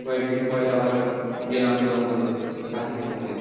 কয়েকদিন পরে আবার গেলাম জঙ্গলে পাখি দেখতে